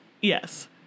Yes